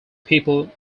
people